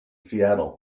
seattle